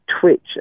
twitch